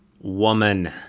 Woman